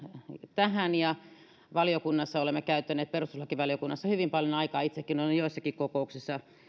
tähän ja perustuslakivaliokunnassa olemme käyttäneet hyvin paljon aikaa itsekin olen joissakin kokouksissa